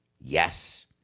Yes